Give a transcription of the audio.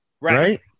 Right